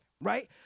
right